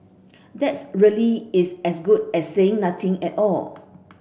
that's really is as good as saying nothing at all